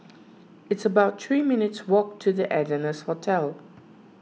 it's about three minutes' walk to the Ardennes Hotel